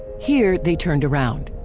here they turned around.